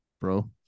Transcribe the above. bro